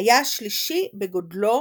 היה השלישי בגדלו